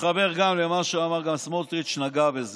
שמתחבר גם למה שאמר סמוטריץ', שנגע בזה.